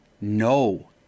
no